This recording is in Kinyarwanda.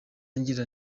ngira